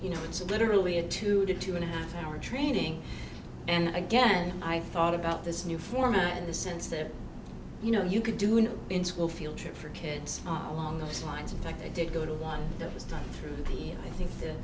you know it's literally a two to two and a half hour training and again i've thought about this new format in the sense that you know you could do an in school field trip for kids are along those lines of like they did go to one that was done through the i think the